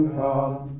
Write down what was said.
come